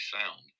sound